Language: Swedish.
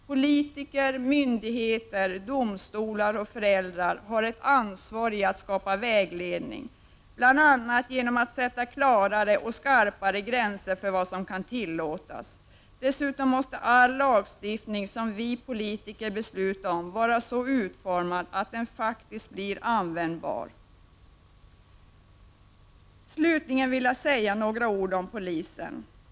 Politiker, myndigheter, domstolar och föräldrar har ett ansvar när det gäller att skapa vägledning, bl.a. genom att sätta klarare och skarpare gränser för vad som kan tillåtas. Dessutom måste all lagstiftning som vi politiker fattar beslut om vara så utformad att den faktiskt blir användbar. Slutligen vill jag säga några ord om polisen.